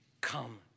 come